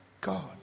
God